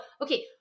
okay